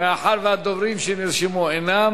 מאחר שהדוברים שנרשמו אינם,